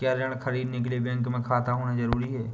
क्या ऋण ख़रीदने के लिए बैंक में खाता होना जरूरी है?